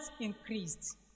increased